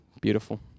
beautiful